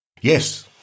Yes